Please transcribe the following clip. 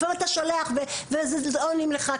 לפעמים אתה שולח הודעות ולא עונים לך,